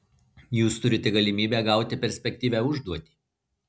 jūs turite galimybę gauti perspektyvią užduoti